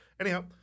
Anyhow